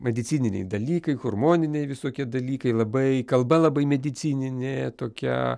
medicininiai dalykai hormoniniai visokie dalykai labai kalba labai medicininė tokia